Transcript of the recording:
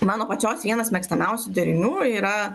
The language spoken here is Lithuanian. mano pačios vienas mėgstamiausių derinių yra